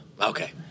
Okay